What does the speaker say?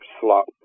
slot